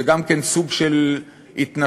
זה גם כן סוג של התנשאות